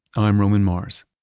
i'm roman mars.